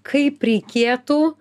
kaip reikėtų